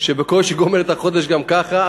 שבקושי גומר את החודש גם ככה,